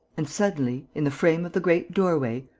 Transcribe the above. and, suddenly, in the frame of the great doorway,